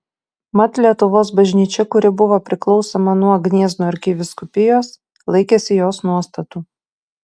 mat lietuvos bažnyčia kuri buvo priklausoma nuo gniezno arkivyskupijos laikėsi jos nuostatų